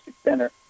center